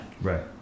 Right